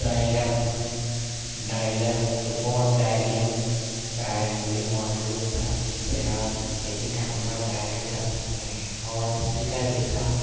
dialler dialer phone dialing pad بھی موجود تھا جس سے آپ کسی کا نمبر ڈائل کر سکتے ہیں اور اسپیکر بھی تھا